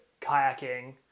kayaking